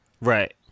Right